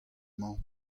mañ